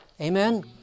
Amen